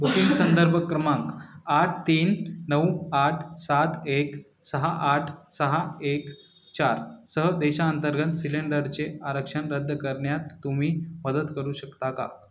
booking संदर्भ क्रमांक आठ तीन नऊ आठ सात एक सहा आठ सहा एक चार सह देशांतर्गत सिलेंडरचे आरक्षण रद्द करण्यात तुम्ही मदत करू शकता का